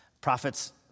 Prophets